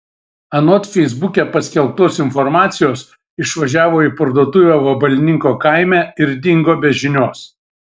anot feisbuke paskelbtos informacijos išvažiavo į parduotuvę vabalninko kaime ir dingo be žinios